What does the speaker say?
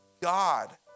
God